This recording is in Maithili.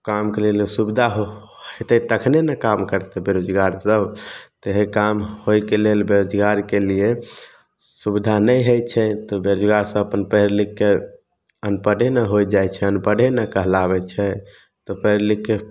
कामके लेल सुविधा हेतय तखनेने काम करतय बेरोजगार सब तऽ काम होइके लेल बेरोजगारके लिए सुविधा नहि हइ छै तऽ बेरोजगार सब अपन पढ़ि लिखिके अनपढ़े ने होइ जाइ छै अनपढ़े ने कहलाबय छै तऽ पढ़ि लिखिके